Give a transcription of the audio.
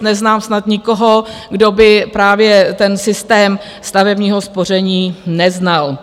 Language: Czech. Neznám snad nikoho, kdo by právě ten systém stavebního spoření neznal.